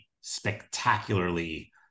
spectacularly